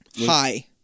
Hi